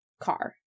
car